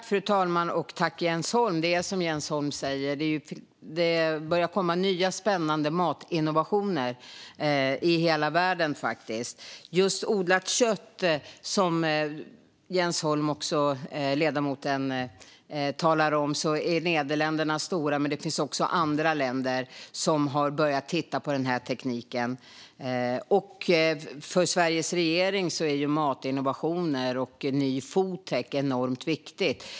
Fru talman! Det är som Jens Holm säger: Det börjar komma nya spännande matinnovationer i hela världen. Just när det gäller odlat kött är Nederländerna stora, som ledamoten Jens Holm talade om, men det finns också andra länder som har börjat titta på den här tekniken. För Sveriges regering är matinnovationer och ny foodtech enormt viktigt.